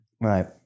Right